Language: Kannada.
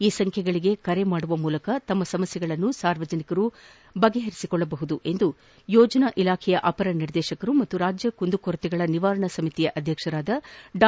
ಈ ಸಂಖ್ಯೆಗಳಿಗೆ ಕರೆ ಮಾಡುವ ಮೂಲಕ ಸಾರ್ವಜನಿಕರು ತಮ್ಮ ಸಮಸ್ಥೆಗಳನ್ನು ಬಗೆಹರಿಸಿಕೊಳ್ಳಬಹುದು ಎಂದು ಯೋಜನಾ ಇಲಾಖೆಯ ಅಪರ ನಿರ್ದೇಶಕರು ಮತ್ತು ರಾಜ್ಯ ಕುಂದು ಕೊರತೆಗಳ ನಿವಾರಣಾ ಸಮಿತಿಯ ಅಧ್ಯಕ್ಷರಾದ ಡಾ